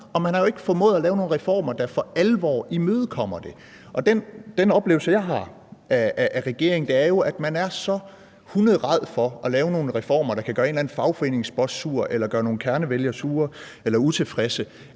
og man har jo ikke formået at lave nogle reformer, der for alvor imødekommer det. Den oplevelse, jeg har af regeringen, er jo, at man er hunderæd for at lave nogle reformer, der kan gøre en eller anden fagforeningsboss sur eller gøre nogle kernevælgere sure eller utilfredse,